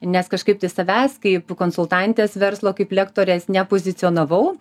nes kažkaip tai savęs kaip konsultantės verslo kaip lektorės nepozicionavau